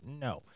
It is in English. No